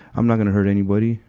i'm not gonna hurt anybody.